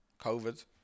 COVID